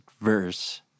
verse